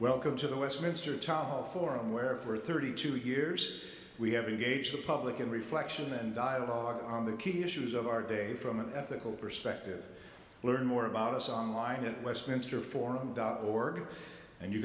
welcome to the westminster toth forum where for thirty two years we have engaged the public in reflection and dialogue on the key issues of our day from an ethical perspective learn more about us online at westminster forum dot org and you